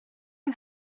yng